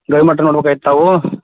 ಗವಿಮಠ ನೋಡ್ಬೇಕಾಗಿತ್ತಾ ತಾವು